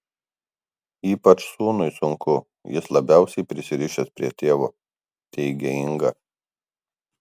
ypač sūnui sunku jis labiausiai prisirišęs prie tėvo teigė inga